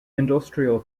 industrial